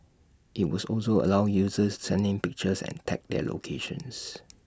IT also allow users send in pictures and tag their locations